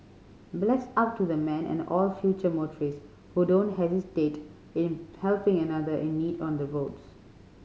bless up to the man and all future motorists who don't hesitate in helping another in need on the roads